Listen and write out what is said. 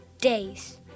days